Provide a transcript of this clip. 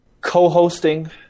co-hosting